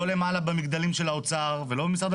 לא למעלה במגדלים של האוצר ולא משרד המשפטים.